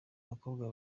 abakobwa